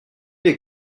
des